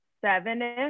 seven-ish